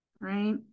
right